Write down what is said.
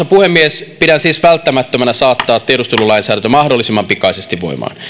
puhemies pidän siis välttämättömänä saattaa tiedustelulainsäädäntö mahdollisimman pikaisesti voimaan